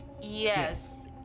Yes